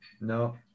no